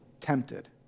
tempted